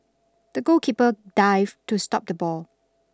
the goalkeeper dived to stop the ball